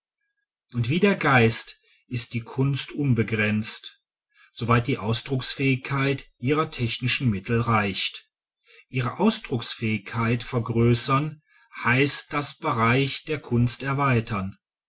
und wie der geist ist die kunst unbegrenzt soweit die ausdrucksfähigkeit ihrer technischen mittel reicht ihre ausdrucksfähigkeit vergrößern heißt das bereich der kunst erweitern